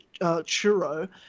churro